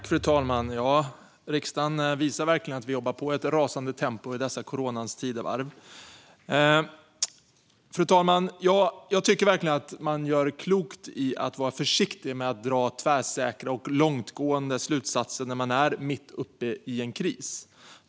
Fru talman! Riksdagen visar verkligen att vi jobbar på i ett rasande tempo i detta coronans tidevarv. Fru talman! Jag tycker verkligen att man gör klokt i att vara försiktig med att dra tvärsäkra och långtgående slutsatser när man är mitt uppe i en kris.